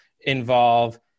involve